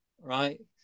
right